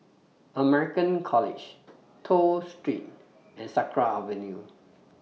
American College Toh Street and Sakra Avenue